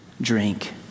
drink